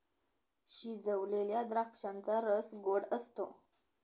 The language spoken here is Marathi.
शिजवलेल्या द्राक्षांचा रस गोड असतो